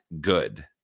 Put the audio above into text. good